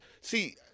See